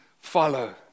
follow